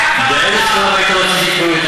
באיזה שלב היית רוצה שיגישו התנגדויות,